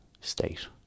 state